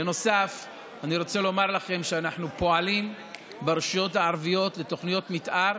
בנוסף אני רוצה לומר לכם שאנחנו פועלים ברשויות הערביות לתוכניות מתאר,